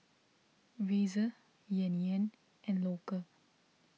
Razer Yan Yan and Loacker